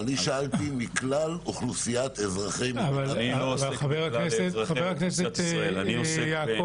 אני שאלתי מכלל אוכלוסיית אזרחי --- אני עוסק בקרב מי שחייב